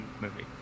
movie